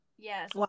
Yes